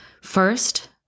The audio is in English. First